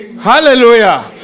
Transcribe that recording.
Hallelujah